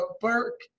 Burke